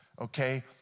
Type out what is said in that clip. okay